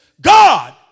God